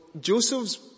Joseph's